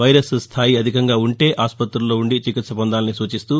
virus స్థాయి అధికంగా ఉంటే ఆసుపుతులలో ఉండి చికిత్స పొందాలని సూచిస్తూ